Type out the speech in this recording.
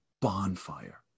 bonfire